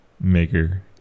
maker